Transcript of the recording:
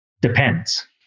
depends